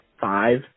five